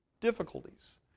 difficulties